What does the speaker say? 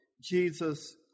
Jesus